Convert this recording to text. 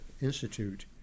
Institute